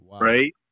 right